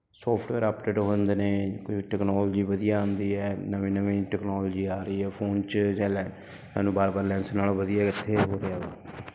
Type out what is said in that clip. software update ਹੁੰਦੇ ਨੇ ਕੋਈ ਟੈਕਨੋਲੋਜੀ ਵਧੀਆ ਆਉਂਦੀ ਹੈ ਨਵੇਂ ਨਵੇਂ ਟੈਕਨੋਲੋਜੀ ਆ ਰਹੀ ਹੈ ਫੋਨ 'ਚ ਜਾਂ ਲੈ ਸਾਨੂੰ ਬਾਰ ਬਾਰ ਲੈਂਸ ਨਾਲੋਂ ਵਧੀਆ ਇੱਥੇ ਹੋ ਰਿਹਾ ਵਾ